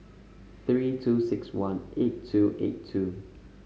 three two six one eight two eight two